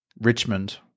Richmond